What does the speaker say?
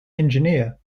engineer